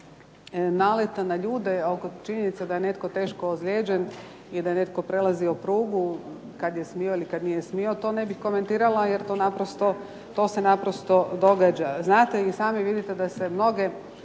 naleta na ljude, činjenice da je netko teško ozlijeđen i da je netko prelazio prugu kada je smio ili kada nije smio, to ne bih komentirala jer se to naprosto događa. Znate i sami vidite da se mnoge